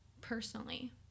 personally